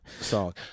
song